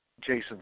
Jason